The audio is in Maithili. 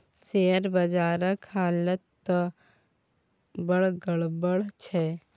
शेयर बजारक हालत त बड़ गड़बड़ छै